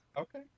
Okay